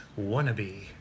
Wannabe